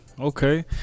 Okay